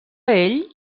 ell